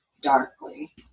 darkly